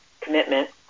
commitment